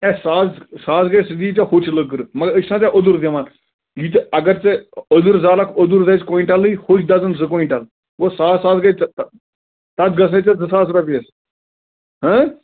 اَے ساس ساس گَژھِ سُہ دِی ژےٚ ہوٚچھ لٔکرٕ مگر أسۍ چھِنا ژےٚ اوٚدُر دِوان یہِ تہِ اَگر ژےٚ اوٚدُر زالَکھ اوٚدُر دَزِ کۄینٛٹَلٕے ہوٚچھ دَزَن زٕ کۄینٛٹَل گوٚو ساس ساس گَژھِ ژےٚ تَتھ تَتھ گَژھٕنَے ژےٚ زٕ ساس رۄپیہِ حظ